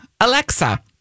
Alexa